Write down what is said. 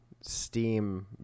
Steam